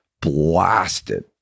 blasted